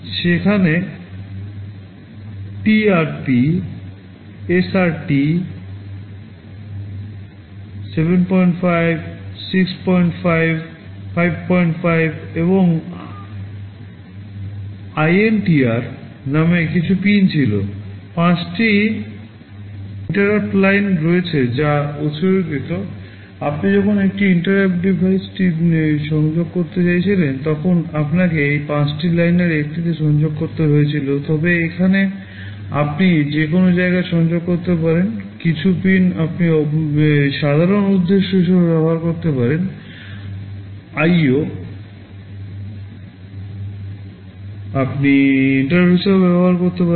সেখানে TRAP RST 75 65 55 এবং INTR নামে কিছু পিন ছিল পাঁচটি ইন্টারাপ্ট হিসাবেও ব্যবহার করতে পারেন